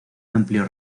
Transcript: amplio